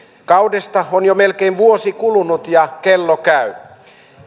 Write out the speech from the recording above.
kaudesta on jo melkein vuosi kulunut ja kello käy